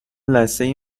لثه